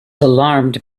alarmed